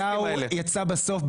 נתניהו יצא בסוף,